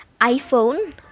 iPhone